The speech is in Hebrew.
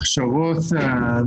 בהכשרות.